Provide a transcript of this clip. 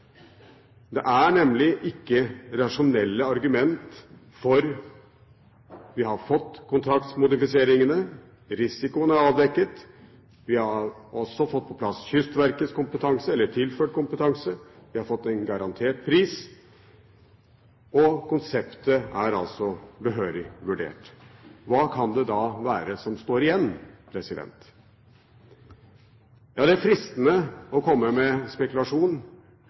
Det er nemlig ikke rasjonelle argumenter. Vi har fått kontraktsmodifiseringene. Risikoen er avdekket. Vi har også tilført Kystverket kompetanse. Vi har fått en garantert pris, og konseptet er behørig vurdert. Hva kan det da være som står igjen? Det er fristende å komme med spekulasjon.